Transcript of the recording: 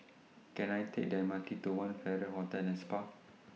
Can I Take The M R T to one Farrer Hotel and Spa